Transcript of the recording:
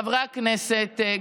חברי הכנסת,